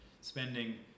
spending